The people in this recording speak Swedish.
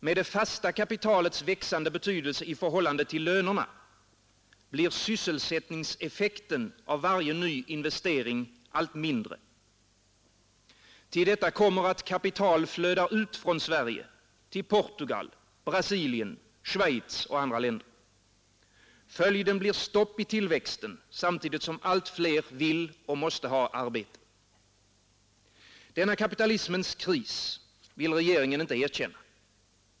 Med det fasta kapitalets växande betydelse i förhållande till lönerna blir sysselsättningseffekten av varje ny investering allt mindre. Till detta kommer att kapital flödar ut från Sverige till Portugal, Brasilien, Schweiz och andra länder. Följden blir stopp i tillväxten, samtidigt som allt fler vill och måste ha arbete. Denna kapitalismens kris vill regeringen inte erkänna.